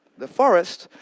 the forest,